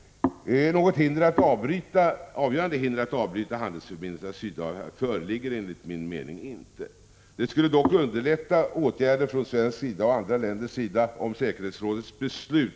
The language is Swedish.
Något avgörande hinder att avbryta handelsförbindelserna med Sydafrika föreligger inte enligt min mening. Det skulle dock underlätta åtgärder från Sveriges och andra länders sida om säkerhetsrådets beslut ———.